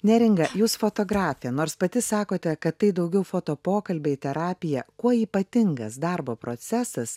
neringa jūs fotografė nors pati sakote kad tai daugiau foto pokalbiai terapija kuo ypatingas darbo procesas